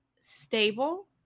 stable